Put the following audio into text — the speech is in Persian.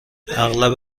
اغلب